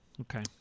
Okay